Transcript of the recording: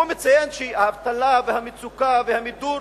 הוא מציין שהאבטלה והמצוקה והמידור